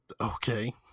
Okay